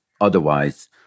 Otherwise